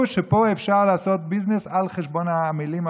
שפה אפשר לעשות ביזנס על חשבון העמלים,